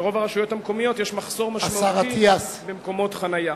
ברוב הרשויות המקומיות יש מחסור משמעותי במקומות חנייה.